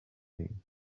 thing